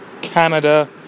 Canada